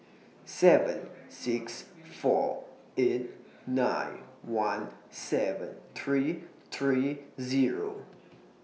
seven six four eight nine one seven three three Zero